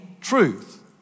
truth